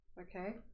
Okay